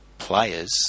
players